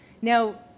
Now